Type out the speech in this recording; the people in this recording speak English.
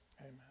Amen